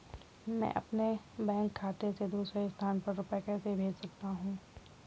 मैं अपने बैंक खाते से दूसरे स्थान पर रुपए कैसे भेज सकता हूँ?